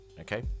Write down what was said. Okay